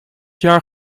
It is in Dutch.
jaar